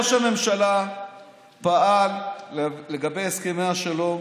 ראש הממשלה פעל לגבי הסכמי השלום,